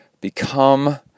become